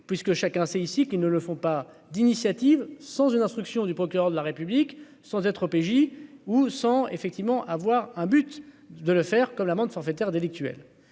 puisque chacun sait ici qu'ils ne le font pas d'initiative sans une instruction du procureur de la République, sans être OPJ ou cent effectivement avoir un but de le faire comme l'amende forfaitaire délictuelle,